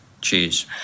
Cheers